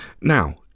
Now